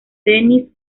denis